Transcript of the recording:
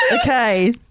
Okay